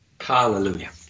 Hallelujah